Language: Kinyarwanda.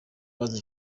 bazize